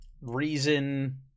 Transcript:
reason